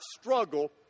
struggle